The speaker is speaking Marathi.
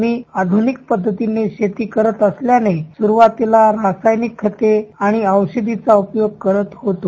मी आध्निक पद्धतीनं शेती करित असल्यानं स्रवातीला रासायनिक खते आणि औषधीचा उपयोग करित होतो